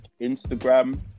Instagram